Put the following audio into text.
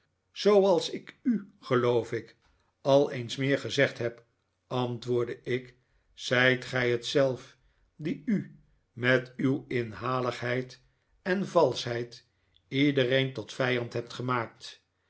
zooals ik u geloof ik al eens meer gezegd heb antwoordde ik zijt gij net zelf die u met uw inhaligheid en valschheid iedereen tot vijand hebt gemaakt